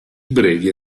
brevi